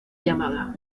llamada